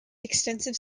extensive